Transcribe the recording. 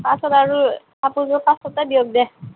পাঁচশ আৰু কাপোৰযোৰ পাঁচশতে দিয়ক দে